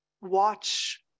watch